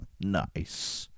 Nice